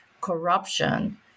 corruption